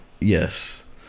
Yes